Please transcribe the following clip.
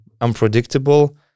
unpredictable